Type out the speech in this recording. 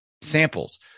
samples